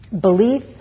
belief